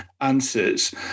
answers